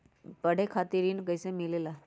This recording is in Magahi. पढे खातीर ऋण कईसे मिले ला?